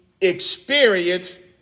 experience